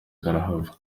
karahava